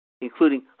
including